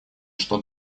что